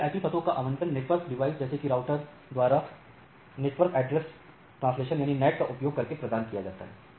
निजी आईपी पतो का आवंटन नेटवर्क डिवाइस जैसे कि राउटर द्वारा नेटवर्क एड्रेस ट्रांसलेशन का उपयोग करके प्रदान किया जाता हैं